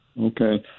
okay